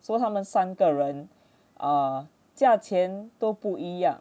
so 他们三个人 err 价钱都不一样